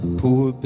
poor